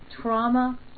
trauma